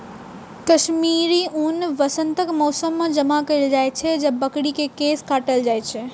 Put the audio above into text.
कश्मीरी ऊन वसंतक मौसम मे जमा कैल जाइ छै, जब बकरी के केश काटल जाइ छै